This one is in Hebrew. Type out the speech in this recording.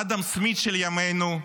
אדם סמית של ימינו,